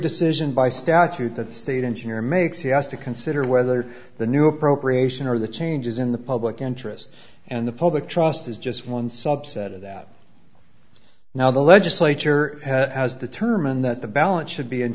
decision by statute that state engineer makes he has to consider whether the new appropriation or the changes in the public interest and the public trust is just one subset of that now the legislature has determined that the balance should be in